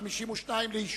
קבוצת סיעת חד"ש,